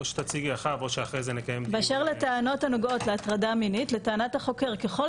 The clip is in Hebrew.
באשר לטענות הנוגעות להטרדה מינית: "לטענת החוקר ככל